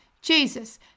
Jesus